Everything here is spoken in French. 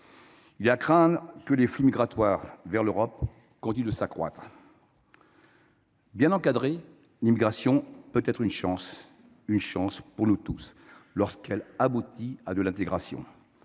Il est à craindre que les flux migratoires vers l’Europe continuent de s’accroître. Bien encadrée, l’immigration peut être une chance pour nous tous lorsqu’elle aboutit à l’intégration.